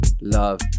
love